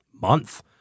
month